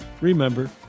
Remember